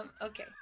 Okay